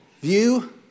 view